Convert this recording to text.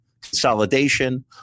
Consolidation